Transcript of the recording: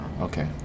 Okay